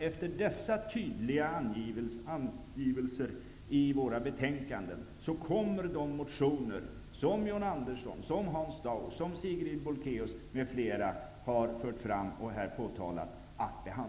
Efter de tydliga angivelserna i våra betänkanden kommer självfallet de motioner som John